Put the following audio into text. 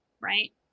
right